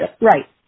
Right